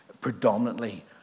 predominantly